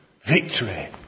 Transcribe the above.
victory